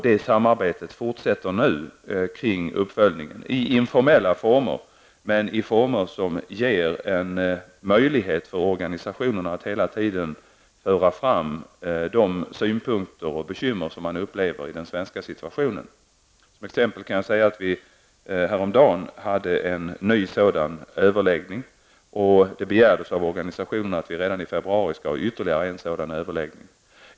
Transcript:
Det samarbetet fortsätter nu i informella former kring uppföljningen, men i former som ger möjlighet för organisationerna att hela tiden föra fram synpunkter och de bekymmer som de upplever för barn i den svenska situationen. Jag kan exempelvis nämna att vi häromdagen hade en ny sådan överläggning, och det begärdes av organisationerna i fråga att vi redan i februari nästa år skall ha ytterligare en överläggning.